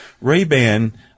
Ray-Ban